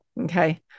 okay